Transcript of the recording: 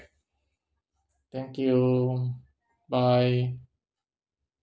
thank you bye